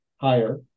higher